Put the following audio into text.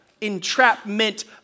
entrapment